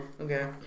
Okay